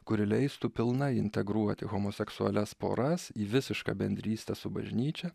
kuri leistų pilnai integruoti homoseksualias poras į visišką bendrystę su bažnyčia